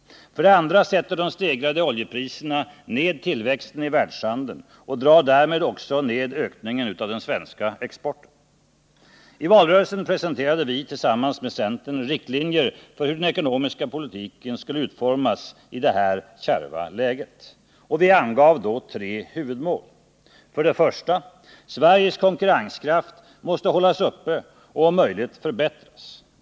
För det andra sätter de stegrade oljepriserna ned tillväxten i världshandeln och drar därmed också ned ökningen av den svenska exporten. I valrörelsen presenterade vi tillsammans med centern riktlinjer för hur den ekonomiska politiken skulle utformas i detta kärva läge. Vi angav tre huvudmål: 1. Sveriges konkurrenskraft måste hållas uppe och om möjligt förbättras.